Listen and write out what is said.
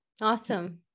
Awesome